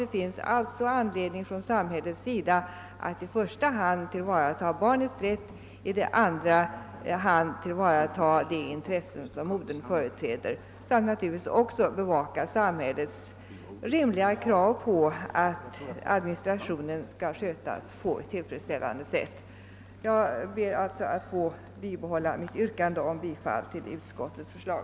Det finns alltså från samhällets sida anledning att i första hand tillvarata barnets rätt och först i andra hand tillvarata de intressen som modern företräder och naturligtvis också bevaka samhällets rimliga krav på att administrationen skall skötas på ett tillfredsställande sätt. Jag ber alltså att få vidhålla mitt yrkande om bifall till utskottets förslag.